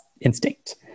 instinct